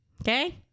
Okay